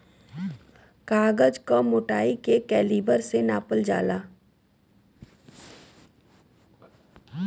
कागज क मोटाई के कैलीबर से नापल जाला